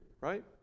right